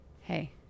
Hey